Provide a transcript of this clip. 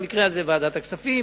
במקרה הזה ועדת הכספים,